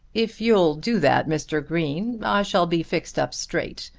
if you'll do that, mr. green, i shall be fixed up straight.